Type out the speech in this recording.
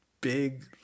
Big